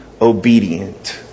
obedient